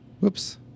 Whoops